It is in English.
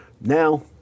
Now